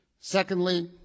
Secondly